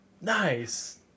Nice